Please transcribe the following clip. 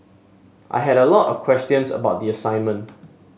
I had a lot of questions about the assignment